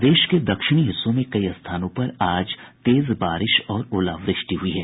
प्रदेश के दक्षिणी हिस्सों में कई स्थानों पर आज तेज बारिश और ओलावृष्टि हुई है